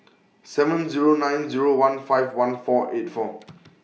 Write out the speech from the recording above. seven Zero nine Zero one five one four eight four